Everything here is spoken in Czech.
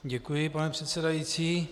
Děkuji, pane předsedající.